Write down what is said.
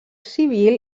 civil